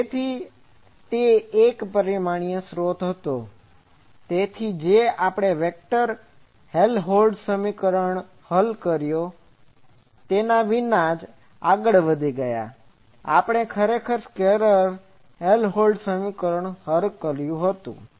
તેથી તે એક પરિમાણીય સ્રોત હતો તેથી જ આપણે વેક્ટર હેલહોલ્ટ્ઝ સમીકરણને હલ કર્યા વિનાજ આગળ વધી ગયા આપણે ખરેખર સ્કેલર હેલહોલ્ટ્ઝ સમીકરણ હલ કર્યું હતું